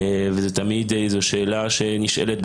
וזה תמיד שאלה שנשאלת.